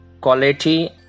Quality